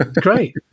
Great